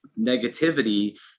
negativity